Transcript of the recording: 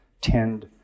tend